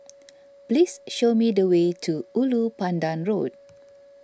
please show me the way to Ulu Pandan Road